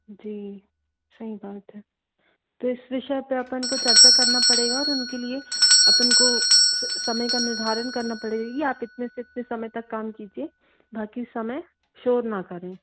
जी सही बात है तो इस विषय पे अपन को चर्चा करना पड़ेगा और उनके लिए अपन को समय का निर्धारण करना पड़ेगी आप इतने से इतने समय तक काम कीजिए बाकी समय शोर ना करें